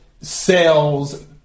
sales